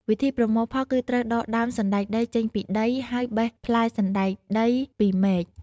វិធីប្រមូលផលគឺត្រូវដកដើមសណ្តែកដីចេញពីដី ហើយបេះផ្លែសណ្តែកដីពីមែក។